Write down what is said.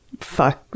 fuck